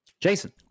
Jason